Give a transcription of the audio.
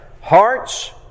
hearts